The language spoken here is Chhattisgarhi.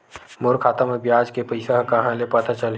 मोर खाता म ब्याज के पईसा ह कहां ले पता चलही?